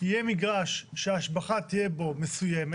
יהיה מגרש שההשבחה תהיה בו מסוימת